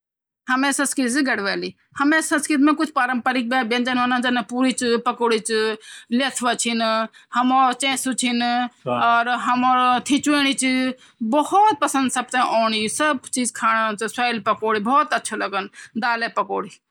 जू टीबी चौ टीबी यन च की ऊ बिजली द्वारा चलोंण वऊ य डिब्बा च वे बिथिन सब मशीन फिट वहीं च अब मशीन फिट वहीं त वेमा बे हम जन वे हम वेमा हम इंटरनेट दयना त वेमा दे के वेमा सब पिक्चर ऐ जन जू भी हम दयख़ूण चांदा वे पा डिश लगे के अर तब हम टीबी देख सकन नेटा द्वारा